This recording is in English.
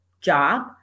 job